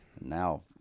Now